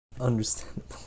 Understandable